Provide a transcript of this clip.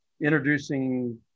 introducing